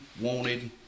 wanted